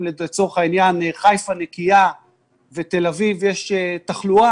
אם לצורך העניין חיפה נקייה ובתל אביב יש תחלואה,